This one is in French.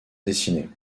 dessinée